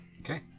Okay